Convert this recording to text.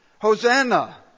Hosanna